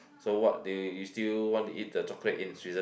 so what do you you still want to eat the chocolate in Switzerland